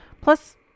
plus